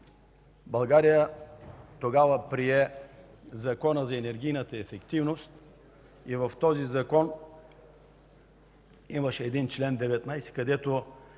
България тогава прие Закона за енергийната ефективност и в този Закон имаше един чл. 19, където